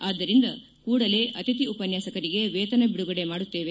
ಆದ್ದರಿಂದ ಕೂಡಲೇ ಅತಿಥಿ ಉಪನ್ಯಾಸಕರಿಗೆ ವೇತನ ಬಿಡುಗಡೆ ಮಾಡುತ್ತೇವೆ